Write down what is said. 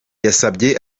yasabye